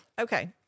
Okay